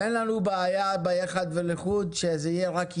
אין לנו בעיה לגבי חשבון ביחד ולחוד שזה יהיה רק יידוע.